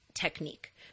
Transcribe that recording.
technique